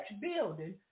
building